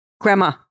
grandma